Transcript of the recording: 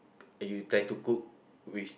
you try to cook with